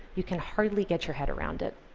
you can hardly get your head around it,